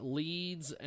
leads